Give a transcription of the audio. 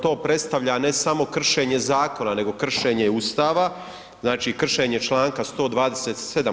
To predstavlja ne samo kršenje zakona nego kršenje Ustava, znači kršenje članka 127.